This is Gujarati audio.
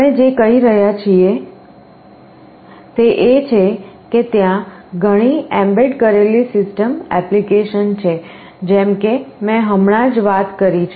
આપણે જે કહી રહ્યા છીએ તે એ છે કે ત્યાં ઘણી એમ્બેડ કરેલી સિસ્ટમ એપ્લિકેશન છે જેમ કે મેં હમણાં જ વાત કરી છે